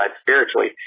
spiritually